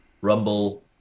Rumble